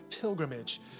pilgrimage